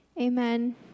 Amen